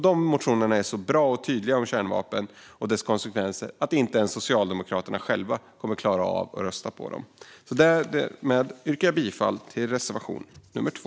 De är så bra och tydliga om kärnvapen och dess konsekvenser att inte ens Socialdemokraterna klarar av att rösta på dem. Jag yrkar härmed bifall till reservation 2.